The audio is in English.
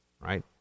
right